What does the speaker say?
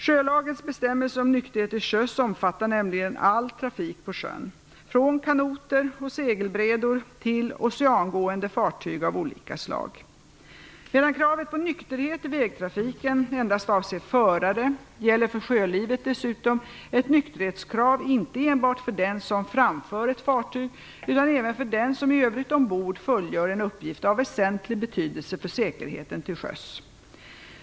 Sjölagens bestämmelser om nykterhet till sjöss omfattar nämligen all trafik på sjön, från kanoter och segelbrädor till oceangående fartyg av olika slag. Medan kravet på nykterhet i vägtrafiken endast avser förare, gäller för sjölivet dessutom ett nykterhetskrav inte enbart för den som framför ett fartyg utan även för den som i övrigt ombord fullgör en uppgift av väsentlig betydelse för säkerheten till sjöss.